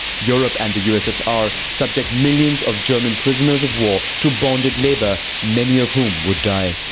europe and the ussr subject millions of german prisoners of war to bonded labour, many of whom would die.